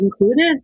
included